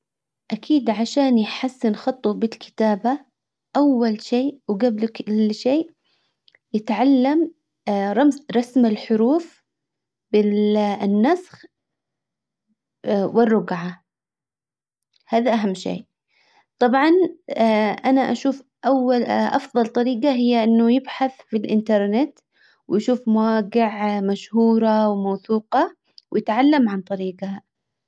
اكيد عشان يحسن خطه بالكتابة. اول شئ وقبل كل شئ يتعلم رسم الحروف بالنسخ والرجعة هذا اهم شئ. طبعا انا اشوف اول افضل طريقة هي انه يبحث في الانترنت ويشوف مواقع مشهورة وموثوقة ويتعلم عن طريقها.